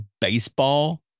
baseball